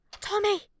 Tommy